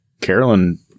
Carolyn